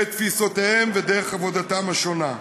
את תפיסותיהם ודרך עבודתם השונה,